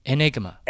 Enigma 。